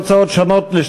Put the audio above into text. הוצאות שונות (שיפוי רשויות מקומיות),